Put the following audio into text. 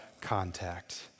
contact